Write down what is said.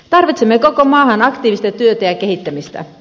tarvitsemme koko maahan aktiivista työtä ja kehittämistä